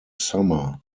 summer